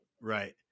Right